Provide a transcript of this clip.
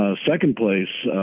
ah second place,